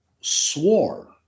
swore